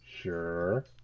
Sure